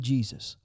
Jesus